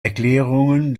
erklärungen